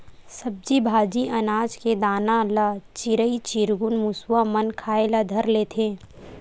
सब्जी भाजी, अनाज के दाना ल चिरई चिरगुन, मुसवा मन खाए ल धर लेथे